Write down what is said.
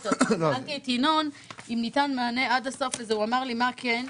שאלתי את ינון אם ניתן מענה עד הסוף והוא אמר לי מה כן.